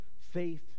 faith